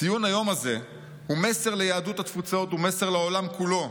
ציון היום הזה הוא מסר ליהדות התפוצות ומסר לעולם כולו: